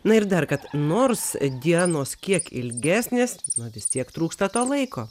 na ir dar kad nors dienos kiek ilgesnės na vis tiek trūksta to laiko